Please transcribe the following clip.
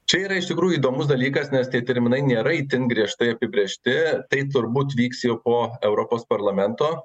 čia yra iš tikrųjų įdomus dalykas nes tie terminai nėra itin griežtai apibrėžti tai turbūt vyks jau po europos parlamento